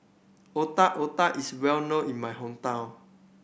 Otak Otak is well known in my hometown